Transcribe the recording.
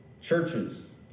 Churches